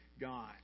God